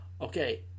Okay